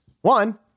one